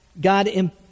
God